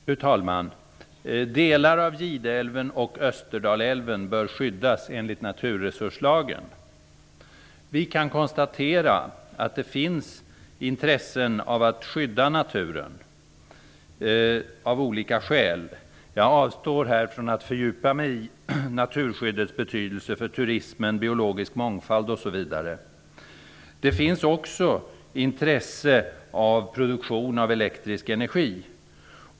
Fru talman! Delar av Gideälven och Österdalälven bör skyddas enligt naturresurslagen. Vi kan konstatera att det finns intresse av att skydda naturen. Ett sådant intresse kan ha olika skäl. Jag avstår här från att fördjupa mig i naturskyddets betydelse för turismen, biologisk mångfald, osv. Det finns också intresse av produktion av elektrisk energi.